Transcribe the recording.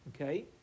okay